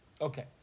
Okay